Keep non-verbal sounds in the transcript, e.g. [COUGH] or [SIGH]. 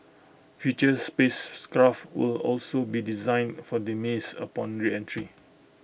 future space [UNINTELLIGIBLE] will also be designed for demise upon reentry